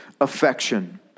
affection